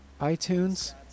iTunes